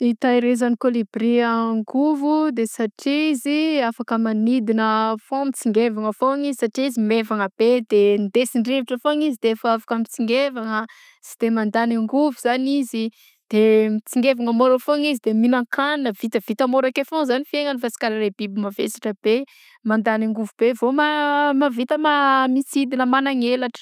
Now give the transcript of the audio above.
Itahirizan'ny kolibria angovo de satria izy afaka manidina foagna mitsingevana foagnany satria izy maivana be de ndesin-drivotra foagna izy de efa afaka mitsingevagna sy de mandany angovo de mitsingevagna mora foagna izy de minankagnina; vitavita mora ake foagnany zan fiaignany fa tsy karaha biby mavesatra be mandany angovo be vao ma- mavita ma- mitsidina magnan'elatry.